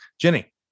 Jenny